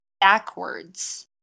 backwards